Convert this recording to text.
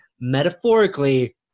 Metaphorically